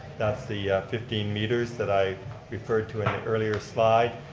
that's the fifteen meters that i referred to in an earlier slide.